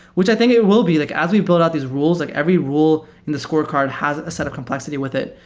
which i think it will be. like as we build out these rules, like every rule in the scorecard has a set of complexity with it.